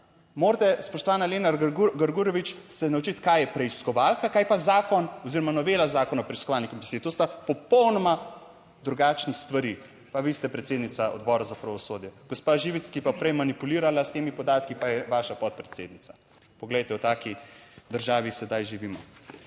Morate, spoštovana Lena Grgurevič, se naučiti, kaj je preiskovalka, kaj pa zakon oziroma novela Zakona o preiskovalni komisiji. To sta popolnoma drugačni stvari. Pa vi ste predsednica Odbora za pravosodje? Gospa Živec, ki je pa prej manipulirala s temi podatki pa je vaša podpredsednica. Poglejte, v taki državi sedaj živimo.